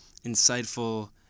insightful